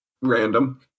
random